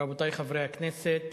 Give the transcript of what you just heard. רבותי חברי הכנסת,